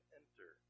enter